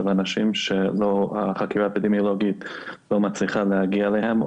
אנשים שהחקירה האפידמיולוגית לא מצליחה להגיע אליהם,